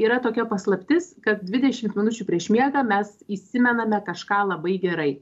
yra tokia paslaptis kad dvidešimt minučių prieš miegą mes įsimename kažką labai gerai